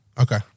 okay